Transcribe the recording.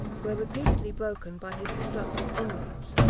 were repeatedly broken by his destructive inroads.